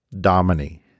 Domini